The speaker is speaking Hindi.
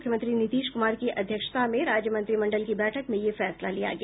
मुख्यमंत्री नीतीश क्मार की अध्यक्षता में राज्य मंत्रिमंडल की बैठक में यह फैसला लिया गया